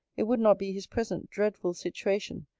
it would not be his present dreadful situation,